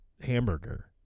hamburger